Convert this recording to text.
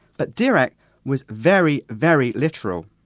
but dirac was very, very literal.